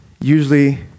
usually